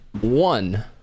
one